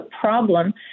problem